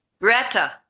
Greta